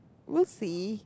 we'll see